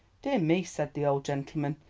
dear me, said the old gentleman,